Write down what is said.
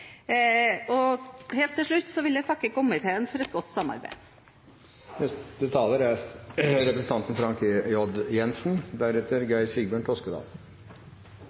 70. Helt til slutt vil jeg takke komiteen for et godt samarbeid.